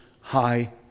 High